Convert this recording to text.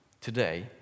today